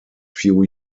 few